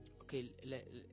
Okay